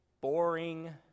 boring